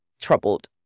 troubled